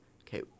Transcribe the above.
okay